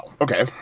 okay